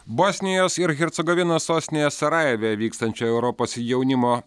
bosnijos ir hercegovinos sostinėje sarajeve vykstančio europos jaunimo